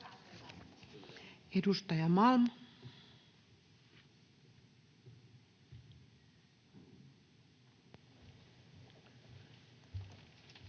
Edustaja Malm.